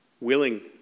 Willing